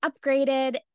upgraded